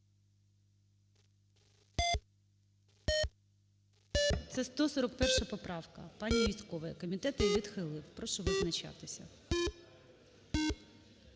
Це 141 поправка пані Юзькової, комітет її відхилив. Прошу визначатися.